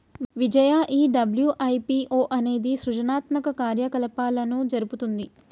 విజయ ఈ డబ్ల్యు.ఐ.పి.ఓ అనేది సృజనాత్మక కార్యకలాపాలను జరుపుతుంది